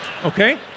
Okay